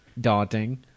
daunting